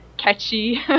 catchy